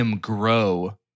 grow